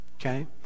okay